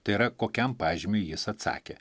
tai yra kokiam pažymiui jis atsakė